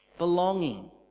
belonging